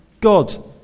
God